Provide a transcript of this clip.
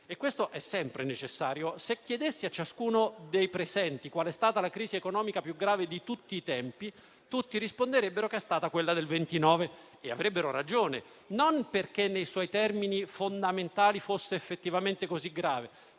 e questo è sempre necessario. Se chiedessi a ciascuno dei presenti qual è stata la crisi economica più grave di tutti i tempi, tutti risponderebbero che è stata quella del 1929 e avrebbero ragione, non perché nei suoi termini fondamentali fosse effettivamente così grave,